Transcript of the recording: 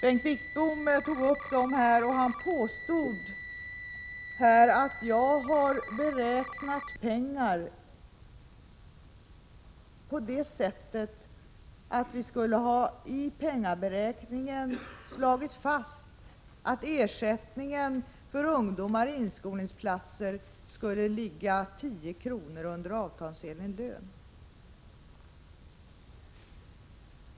Bengt Wittbom tog upp dem och påstod att jag har beräknat pengar på det sättet att vi därmed skulle ha slagit fast att ersättningen för ungdomar i inskolningsplatser skulle ligga 10 kr. under avtalsenlig lön.